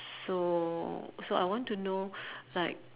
so so I want to know like